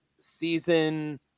season –